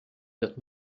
wird